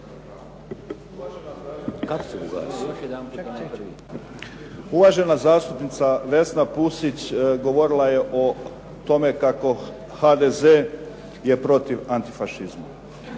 Uvažena zastupnica Vesna Pusić govorila je o tome kako HDZ je protiv antifašizma.